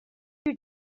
you